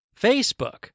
Facebook